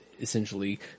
essentially